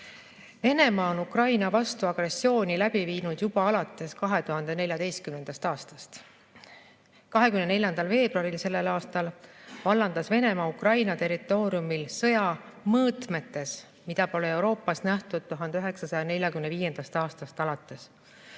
Venemaa on Ukraina vastu agressiooni läbi viinud juba alates 2014. aastast. 24. veebruaril sellel aastal vallandas Venemaa Ukraina territooriumil sõja mõõtmetes, mida pole Euroopas nähtud 1945. aastast alates,